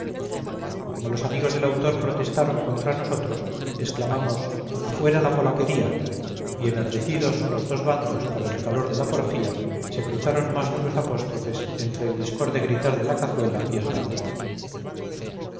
como los amigos del autor protestaron contra nosotros exclamamos afuera la polaquería y enardecidos los dos bandos por el calor de la porfía se cruzaron más duros apóstrofes entre el discorde gritar de la cazuela y el patio